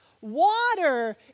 Water